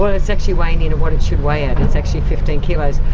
ah it's actually weighing near to what it should weigh at, it's actually fifteen kilos.